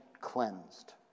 cleansed